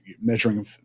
measuring